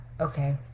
okay